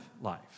life